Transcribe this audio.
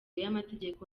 y’amategeko